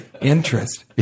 interest